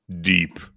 Deep